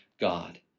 God